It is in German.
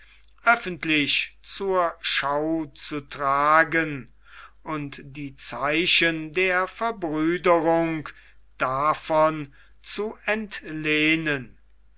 öffentlich zur schau zu tragen und die zeichen der verbrüderung davon zu entlehnen